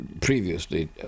Previously